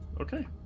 Okay